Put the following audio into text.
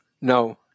No